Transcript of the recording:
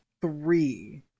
three